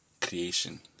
creation